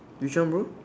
this one bro